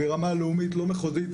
ברמה לאומית ולא מחוזית.